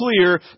clear